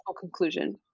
conclusion